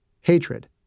hatred